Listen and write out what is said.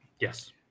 Yes